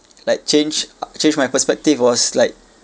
like changed changed my perspective was like